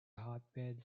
hotbed